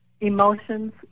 emotions